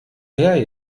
her